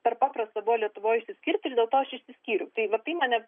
per paprasta buvo lietuvoj išsiskirti ir dėl to aš išsiskyriau tai va tai mane